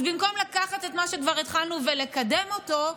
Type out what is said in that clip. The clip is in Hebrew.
אז במקום לקחת את מה שכבר התחלנו ולקדם אותו,